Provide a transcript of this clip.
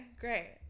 great